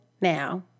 now